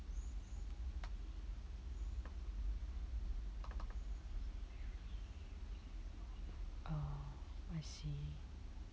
oh I see